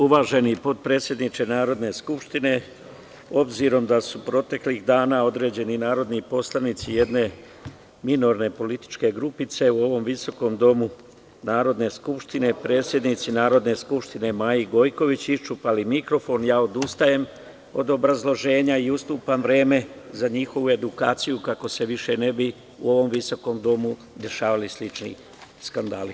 Uvaženi potpredsedniče Narodne skupštine, obzirom da su proteklih dana određeni narodni poslanici jedne minorne političke grupice u ovom visokom Domu Narodne skupštine, predsednici Narodne skupštine, Maji Gojković, iščupali mikrofon, ja odustajem od obrazloženja i ustupam vreme za njihovu edukaciju kako se više ne bi, u ovom visokom Domu, dešavali slični skandali.